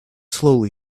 slowly